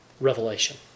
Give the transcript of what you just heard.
revelation